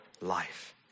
life